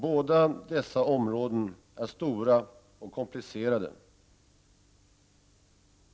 Båda dessa områden är stora och komplicerade.